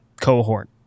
cohort